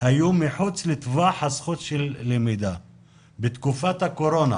היו מחוץ לטווח הזכות של למידה בתקופת הקורונה.